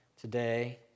Today